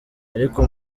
ariko